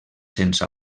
sense